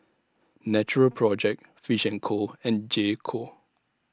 Natural Project Fish and Co and J Co